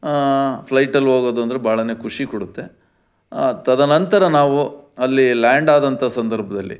ಫ್ಲೈಟಲ್ಲಿ ಹೋಗೋದು ಅಂದರೆ ಭಾಳನೇ ಖುಷಿಕೊಡುತ್ತೆ ತದನಂತರ ನಾವು ಅಲ್ಲಿ ಲ್ಯಾಂಡ್ ಆದಂಥ ಸಂದರ್ಭದಲ್ಲಿ